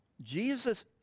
Jesus